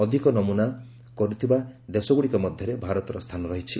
ଅଧିକ ନମନା କରୁଥିବା ଦେଶଗୁଡ଼ିକ ମଧ୍ୟରେ ଭାରତର ସ୍ଥାନ ରହିଛି